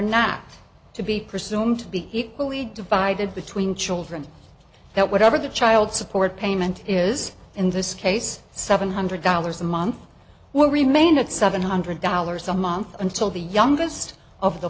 presumed to be equally divided between children that whatever the child support payment is in this case seven hundred dollars a month will remain at seven hundred dollars a month until the youngest of the